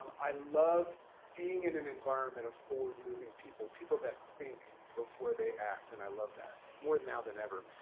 um i love being in an environment of forward moving people, people that think before they act. and i love that more now than ever.